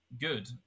good